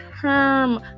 term